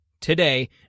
Today